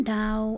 now